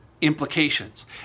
implications